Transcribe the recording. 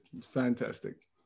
Fantastic